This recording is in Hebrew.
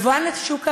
בבואן לשוק העבודה,